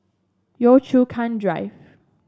Yio Chu Kang Drive